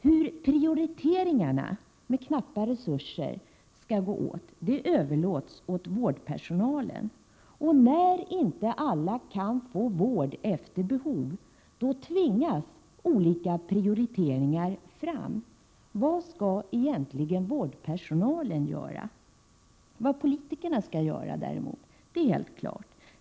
Hur prioriteringen av knappa resurser skall gå till, överlåts till vårdpersonalen. När inte alla kan få vård efter behov, tvingas olika prioriteringar fram. Vad skall egentligen vårdpersonalen göra? Vad politikerna däremot skall göra är helt klart.